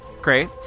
Great